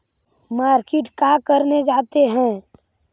Market का करने जाते हैं?